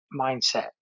mindset